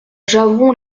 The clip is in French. javron